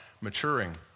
maturing